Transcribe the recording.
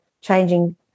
changing